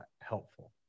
helpful